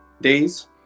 days